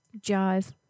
jive